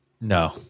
No